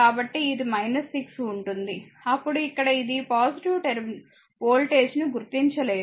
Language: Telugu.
కాబట్టి ఇది 6 ఉంటుంది అప్పుడు ఇక్కడ ఇది వోల్టేజ్ నేను గుర్తించలేదు